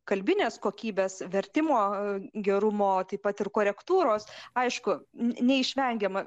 kalbinės kokybės vertimo gerumo taip pat ir korektūros aišku neišvengiama